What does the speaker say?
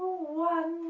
one,